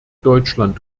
deutschland